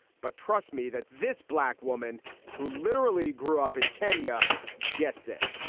but trust me that this black woman who literally grew up in kenya gets it.